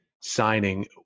signing